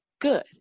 good